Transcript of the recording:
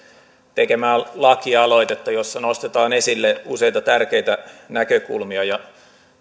tekemää lakialoitetta jossa nostetaan esille useita tärkeitä näkökulmia ja